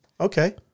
Okay